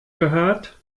gehört